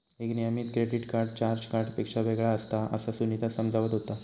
एक नियमित credit card charge कार्डपेक्षा वेगळा असता, असा सुनीता समजावत होता